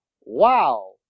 Wow